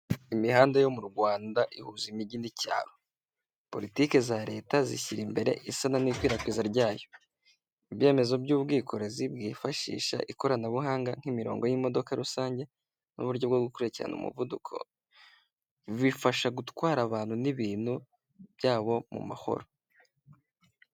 Imihanda yo mu Rwanda ihuza imijyi n'icyaro politiki za leta zishyira imbere isana n'ikwirakwizwa ryayo ibyemezo by'ubwikorezi bwifashisha ikoranabuhanga nk'imirongo y'imodoka rusange n'uburyo bwo gukurikirana umuvuduko bifasha gutwara abantu n'ibintu byabo mu mahoro.